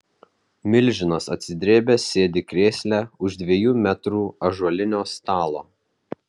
milžinas atsidrėbęs sėdi krėsle už dviejų metrų ąžuolinio stalo